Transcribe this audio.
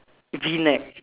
V neck